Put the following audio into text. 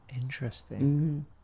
Interesting